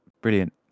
Brilliant